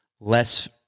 less